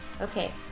okay